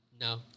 No